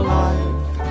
life